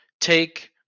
take